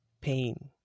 pain